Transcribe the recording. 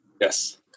Yes